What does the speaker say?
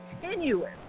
continuous